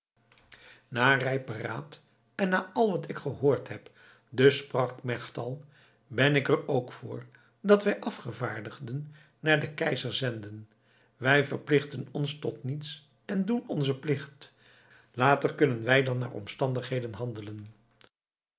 na rijp beraad en na al wat ik gehoord heb dus sprak melchtal ben ik er ook voor dat wij afgevaardigden naar den keizer zenden wij verplichten ons tot niets en doen onzen plicht later kunnen wij dan naar omstandigheden handelen